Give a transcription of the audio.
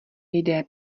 lidé